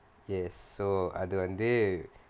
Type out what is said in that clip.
yes so அது வந்து:athu vanthu